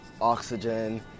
oxygen